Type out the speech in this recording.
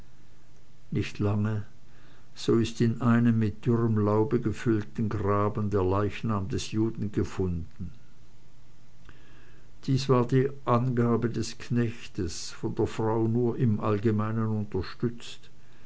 nicht lange so ist in einem mit dürrem laube gefüllten graben der leichnam des juden gefunden dies war die angabe des knechtes von der frau nur im allgemeinen unterstützt